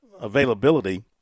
availability